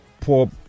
poor